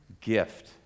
gift